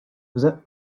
was